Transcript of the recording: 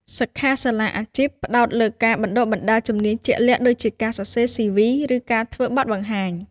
សិក្ខាសាលាអាជីព ផ្តោតលើការបណ្តុះបណ្តាលជំនាញជាក់លាក់ដូចជាការសរសេរ CV ឬការធ្វើបទបង្ហាញ។